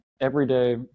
everyday